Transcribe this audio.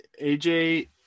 AJ